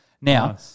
Now